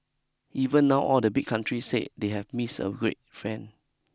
even now all the big countries say they have missed a great friend